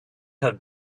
had